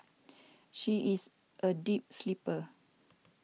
she is a deep sleeper